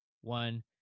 one